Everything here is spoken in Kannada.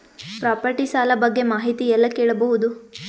ಪ್ರಾಪರ್ಟಿ ಸಾಲ ಬಗ್ಗೆ ಮಾಹಿತಿ ಎಲ್ಲ ಕೇಳಬಹುದು?